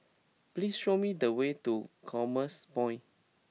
please show me the way to Commerce Point